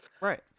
right